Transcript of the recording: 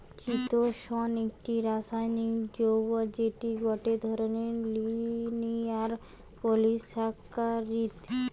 চিতোষণ একটি রাসায়নিক যৌগ্য যেটি গটে ধরণের লিনিয়ার পলিসাকারীদ